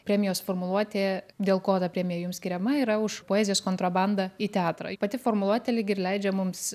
premijos formuluotė dėl ko ta premija jums skiriama yra už poezijos kontrabandą į teatrą pati formuluotė lyg ir leidžia mums